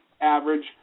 average